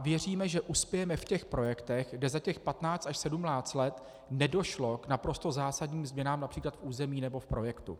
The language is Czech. Věříme, že uspějeme v těch projektech, kde za těch 15 až 17 let nedošlo k naprosto zásadním změnám např. v území nebo v projektu.